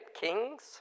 Kings